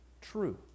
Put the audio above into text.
true